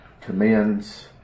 commands